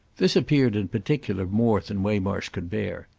this appeared in particular more than waymarsh could bear.